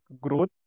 growth